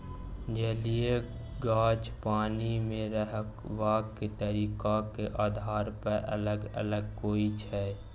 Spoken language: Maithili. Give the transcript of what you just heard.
जलीय गाछ पानि मे रहबाक तरीकाक आधार पर अलग अलग होइ छै